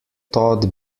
taught